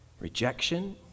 Rejection